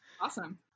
awesome